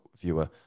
viewer